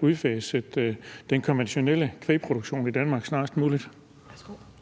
udfaset den konventionelle kvægproduktion i Danmark snarest muligt?